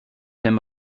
him